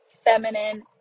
feminine